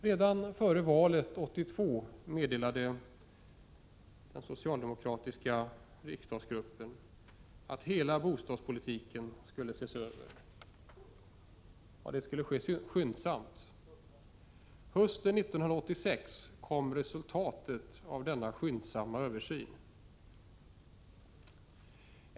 Redan före valet 1982 meddelade socialdemokraterna att hela bostadspolitiken skulle ses över och att detta skulle ske skyndsamt. Hösten 1986 kom resultatet av denna ”skyndsamma” översyn.